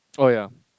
oh ya